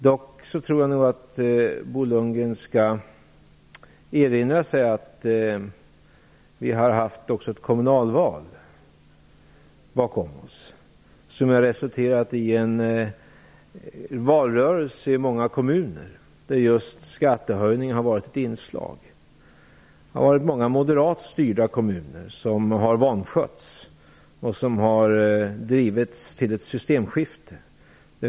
Jag tror dock att Bo Lundgren skall erinra sig att vi också har ett kommunalval bakom oss. Skattehöjningen var ett inslag i valrörelsen i många kommuner. Det har varit många moderat styrda kommuner som har vanskötts. De har drivits till ett systemskifte.